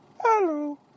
Hello